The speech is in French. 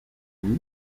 vous